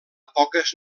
poques